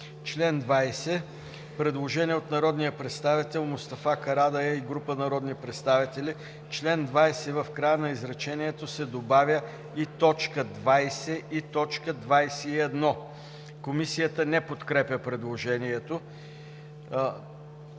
Член 20 – предложение от народния представител Мустафа Карадайъ и група народни представители: а в чл. 20 в края на изречението се добавя „и т. 20 и т. 21“. Комисията не подкрепя предложението.